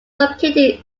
located